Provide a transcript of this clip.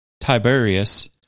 Tiberius